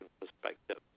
perspective